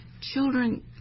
children